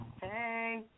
Hey